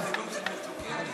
מתוקים ומתוקות.